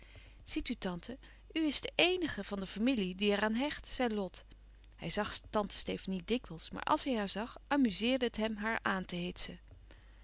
ziet u tante u is de eenige van de familie die er aan hecht zei lot hij zag tante stefanie niet dikwijls maar als hij haar zag amuzeerde het hem haar aan te